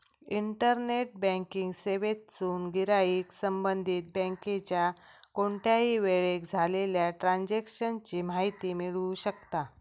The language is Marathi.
इंटरनेट बँकिंग सेवेतसून गिराईक संबंधित बँकेच्या कोणत्याही वेळेक झालेल्या ट्रांजेक्शन ची माहिती मिळवू शकता